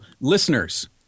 listeners